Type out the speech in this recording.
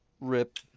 Rip